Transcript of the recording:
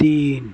تین